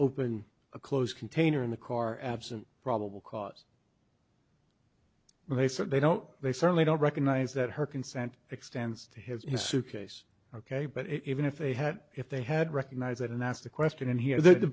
open a close container in the car absent probable cause they said they don't they certainly don't recognize that her consent extends to his his suitcase ok but it even if they had if they had recognized that and asked the question and he had the